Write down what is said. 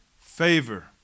Favor